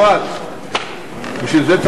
בבקשה.